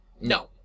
No